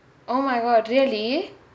oh my god really